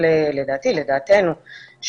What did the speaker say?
לדעתנו,